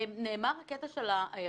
נאמר הקטע של הרכבות.